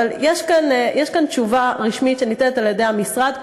אבל יש כאן תשובה רשמית שניתנת על-ידי המשרד,